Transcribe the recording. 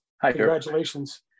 congratulations